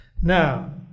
Now